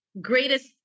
greatest